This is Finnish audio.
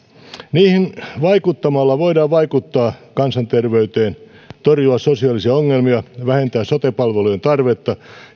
niihin vaikuttamalla voidaan vaikuttaa kansanterveyteen torjua sosiaalisia ongelmia vähentää sote palvelujen tarvetta